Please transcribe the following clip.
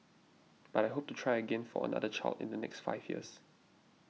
but I hope to try again for another child in the next five years